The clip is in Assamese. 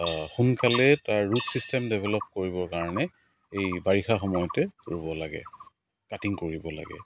সোনকালে তাৰ ৰুট ছিষ্টেম ডেভেল'প কৰিবৰ কাৰণে এই বাৰিষা সময়তে ৰুব লাগে কাটিং কৰিব লাগে